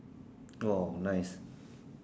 !wow! nice